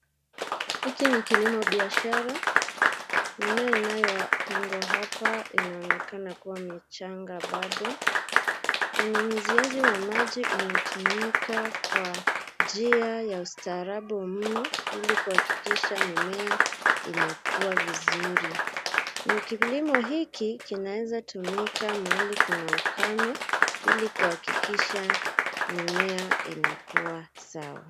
Hiki ni kilimo biashara mimea inayopandwa hapa inaonekana kuwa michanga bado, unyunyuziaji wa maji unatumika kwa njia ya ustaarabu mno ili kuhakikisha mimea inakua vizuri. Kilimo hiki kinaweza tumika mahali kuna ukame ili kuhakikisha mimea inakua sawa.